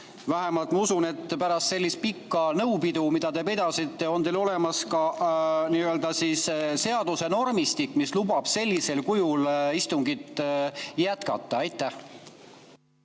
osas. Ma usun, et pärast sellist pikka nõupidu, mida te pidasite, on teil olemas ka seaduse normistik, mis lubab sellisel kujul istungit jätkata. Suur